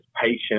patient